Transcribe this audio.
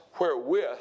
wherewith